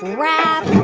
rap